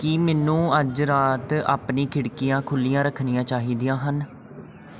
ਕੀ ਮੈਨੂੰ ਅੱਜ ਰਾਤ ਆਪਣੀ ਖਿੜਕੀਆਂ ਖੁੱਲ੍ਹੀਆਂ ਰੱਖਣੀਆਂ ਚਾਹੀਦੀਆਂ ਹਨ